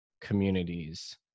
communities